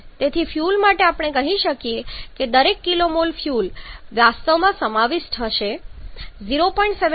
તેથી ફ્યુઅલ માટે આપણે કહીએ છીએ કે દરેક kmol ફ્યુઅલ વાસ્તવમાં સમાવિષ્ટ હશે 0